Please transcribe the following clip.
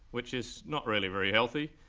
which is not really very healthy.